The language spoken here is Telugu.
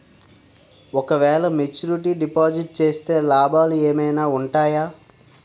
ఓ క వేల మెచ్యూరిటీ డిపాజిట్ చేస్తే లాభాలు ఏమైనా ఉంటాయా?